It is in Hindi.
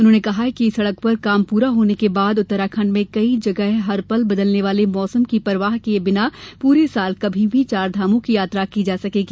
उन्होंने कहा कि इस सड़क पर काम पूरा होने के बाद उत्तराखंड में कई जगह हर पल बदलने वाले मौसम की परवाह किए बिना पूरे साल कभी भी चार धामों की यात्रा की जा सकेगी